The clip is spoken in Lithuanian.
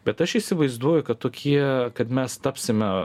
bet aš įsivaizduoju kad tokie kad mes tapsime